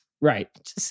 Right